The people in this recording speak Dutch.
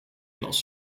glas